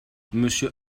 monsieur